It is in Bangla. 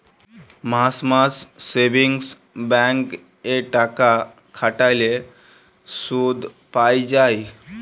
মাস মাস সেভিংস ব্যাঙ্ক এ টাকা খাটাল্যে শুধ পাই যায়